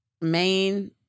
Main